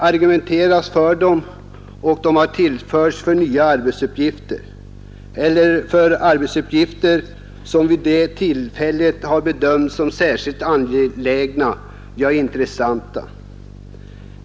Argumenteringen har varit att de skulle inrättas för nya arbetsuppgifter eller för arbetsuppgifter som vid det tillfället hade bedömts som särskilt angelägna eller intressanta.